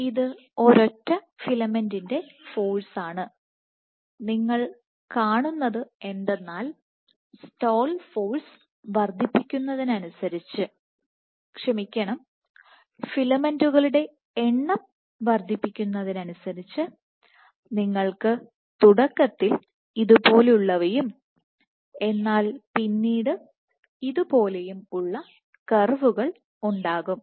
ഇത് ഒരൊറ്റ ഫിലമെന്റിന്റെ സ്റ്റാൾ ഫോഴ്സാണ് നിങ്ങൾ കാണുന്നത് എന്തെന്നാൽ സ്റ്റാൾ ഫോഴ്സ് വർദ്ധിപ്പിക്കുന്നതിനനുസരിച്ച് ക്ഷമിക്കണം ഫിലമെന്റുകളുടെ എണ്ണം വർദ്ധിപ്പിക്കുന്നതിനനുസരിച്ച് നിങ്ങൾക്ക് തുടക്കത്തിൽ ഇതുപോലെയുള്ളവയും എന്നാൽ പിന്നീട് ഇതു പോലെയും ഉള്ള കർവുകൾ ഉണ്ടാകും